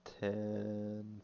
ten